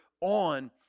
on